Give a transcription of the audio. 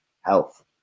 health